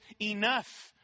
enough